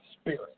spirit